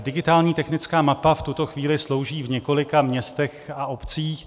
Digitální technická mapa v tuto chvíli slouží v několika městech a obcích.